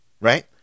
right